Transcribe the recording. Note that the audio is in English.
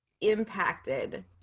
impacted